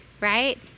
Right